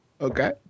okay